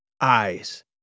Eyes